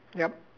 yup